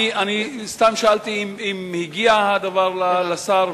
אני סתם שאלתי אם הגיע הדבר לשר,